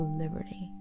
liberty